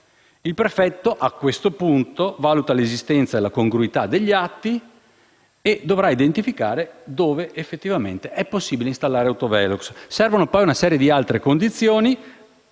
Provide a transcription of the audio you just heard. Il prefetto, a questo punto, valuta l'esistenza della congruità degli atti e identifica dove effettivamente è possibile installare autovelox. Servono poi una serie di altre condizioni.